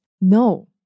No